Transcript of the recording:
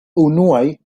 unuaj